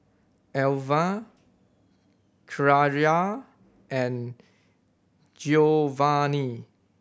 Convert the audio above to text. Elva Kyara and Giovani